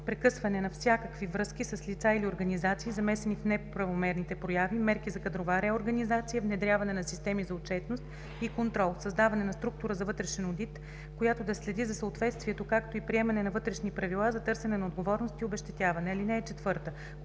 прекъсване на всякакви връзки с лица или организации, замесени в неправомерните прояви; мерки за кадрова реорганизация; внедряване на системи за отчетност и контрол; създаване на структура за вътрешен одит, която да следи за съответствието, както и приемане на вътрешни правила за търсене на отговорност и обезщетяване. (4)